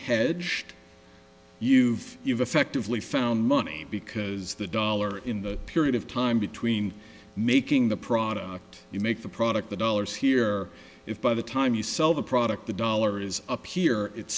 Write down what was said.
d you've you've effectively found money because the dollar in the period of time between making the product you make the product the dollars here if by the time you sell the product the dollar is up here it's